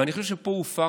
ואני חושב שפה הופר